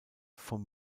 vom